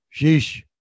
sheesh